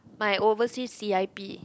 my overseas C_I_P